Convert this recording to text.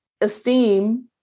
esteem